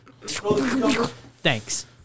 Thanks